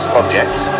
objects